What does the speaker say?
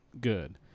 good